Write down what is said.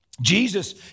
Jesus